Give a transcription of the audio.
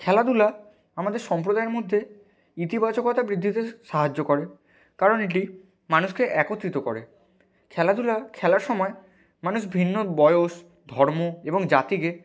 খেলাধুলা আমাদের সম্প্রাদায়ের মধ্যে ইতিবাচকতা বৃদ্ধিতে সাহায্য করে কারণ এটি মানুষকে একত্রিত করে খেলাধুলা খেলার সময় মানুষ ভিন্ন বয়স ধর্ম এবং জাতিকে